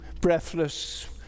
breathless